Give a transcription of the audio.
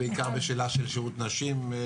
ובעיקר בשאלה של שירות נשים.